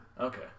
Okay